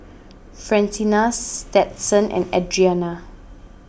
Francina Stetson and Adrienne